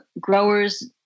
growers